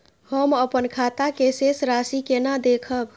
हम अपन खाता के शेष राशि केना देखब?